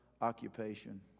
occupation